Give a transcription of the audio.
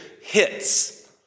hits